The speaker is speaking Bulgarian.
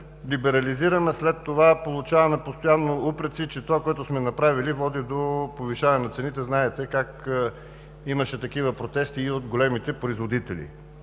либерализираме, след това получаваме постоянно упреци, че това, което сме направили, води до повишаване на цените. Знаете как имаше такива протести и от големите производители.